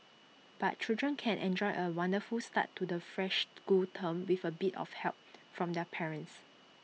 but children can enjoy A wonderful start to the fresh school term with A bit of help from their parents